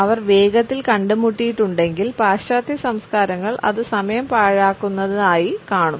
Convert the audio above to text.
അവർ വേഗത്തിൽ കണ്ടുമുട്ടിയിട്ടുണ്ടെങ്കിൽ പാശ്ചാത്യ സംസ്കാരങ്ങൾ അത് സമയം പാഴാക്കുന്നതായി കാണും